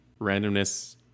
randomness